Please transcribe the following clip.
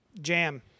jam